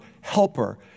helper